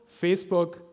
Facebook